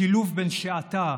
השילוב בין שעתה